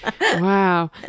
Wow